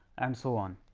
and so on.